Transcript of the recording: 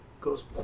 goes